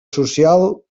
social